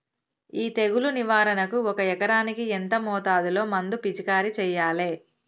ఈ తెగులు నివారణకు ఒక ఎకరానికి ఎంత మోతాదులో మందు పిచికారీ చెయ్యాలే?